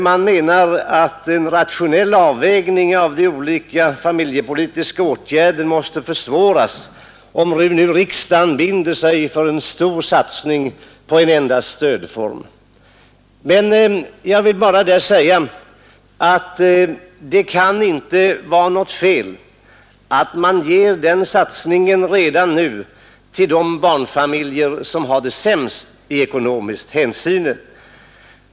Man menar att en rationell avvägning av olika familjepolitiska åtgärder måste försvåras om nu riksdagen binder sig för en stor satsning på en enda stödform. Men jag vill säga att det inte kan vara något fel att man gör den satsningen redan nu för de barnfamiljer som har det sämst i ekonomiskt hänseende.